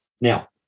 Now